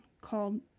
called